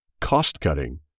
cost-cutting